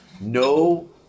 No